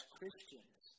Christians